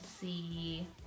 see